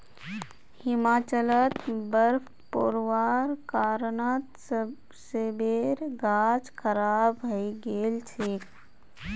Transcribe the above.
हिमाचलत बर्फ़ पोरवार कारणत सेबेर गाछ खराब हई गेल छेक